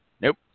nope